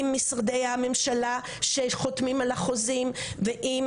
אם אלו משרדי הממשלה שחותמים על החוזים ואם